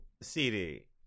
CD